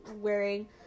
wearing